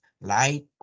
light